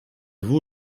vous